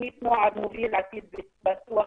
תוכנית מוביל עתיד בטוח